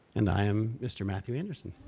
and i am mr. matthew anderson,